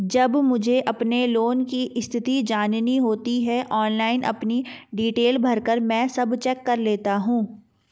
जब मुझे अपने लोन की स्थिति जाननी होती है ऑनलाइन अपनी डिटेल भरकर मन सब पता कर लेता हूँ